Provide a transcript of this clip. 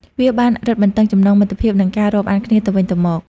វាបានរឹតបន្តឹងចំណងមិត្តភាព និងការរាប់អានគ្នាទៅវិញទៅមក។